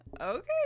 Okay